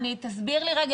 תסביר לי רגע,